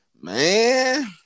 Man